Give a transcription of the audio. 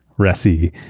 ressi,